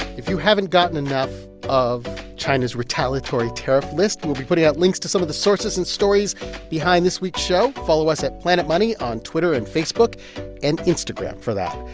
if you haven't gotten enough of china's retaliatory tariff list, we'll be putting out links to some of the sources and stories behind this week's show. follow us at planet money on twitter and facebook and instagram for that.